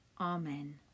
Amen